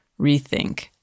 rethink